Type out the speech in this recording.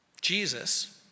Jesus